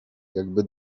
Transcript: jakby